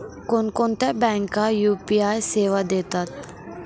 कोणकोणत्या बँका यू.पी.आय सेवा देतात?